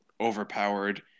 overpowered